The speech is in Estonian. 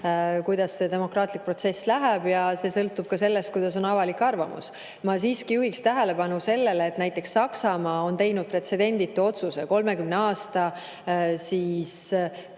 kuidas see demokraatlik protsess läheb, ja sõltuvad ka sellest, milline on avalik arvamus. Ma siiski juhin tähelepanu sellele, et näiteks Saksamaa on teinud pretsedenditu otsuse, 30 aasta poliitika